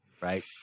right